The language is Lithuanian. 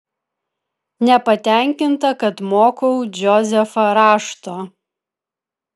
nepatenkinta kad mokau džozefą rašto